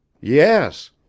Yes